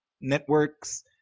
networks